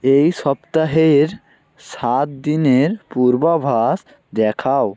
এই সপ্তাহের সাত দিনের পূর্বাভাস দেখাও